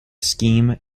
scheme